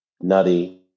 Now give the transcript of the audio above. nutty